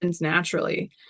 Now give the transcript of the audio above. naturally